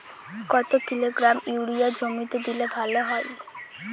কত kilogram urea জমিতে দিলে ভালো হয়?